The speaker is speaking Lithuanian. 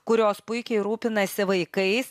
kurios puikiai rūpinasi vaikais